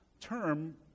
term